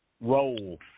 role